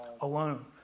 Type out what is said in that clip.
alone